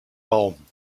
raum